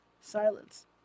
Silence